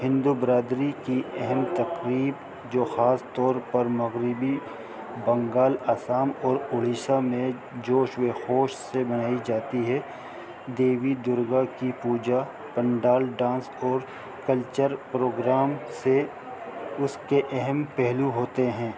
ہندو برادری کی اہم تقریب جو خاص طور پر مغربی بنگال آسام اور اڑیسہ میں جوش و خوش سے بنائی جاتی ہے دیوی درگا کی پوجا پنڈال ڈانس اور کلچر پروگرام سے اس کے اہم پہلو ہوتے ہیں